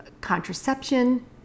contraception